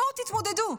בואו תתמודדו.